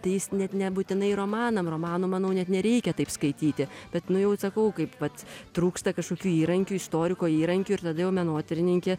tai jis net nebūtinai romanam romanų manau net nereikia taip skaityti tad nu jau sakau kaip vat trūksta kažkokių įrankių istoriko įrankių ir tada jau menotyrininkė